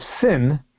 sin